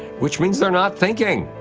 which means they're not thinking!